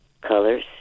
colors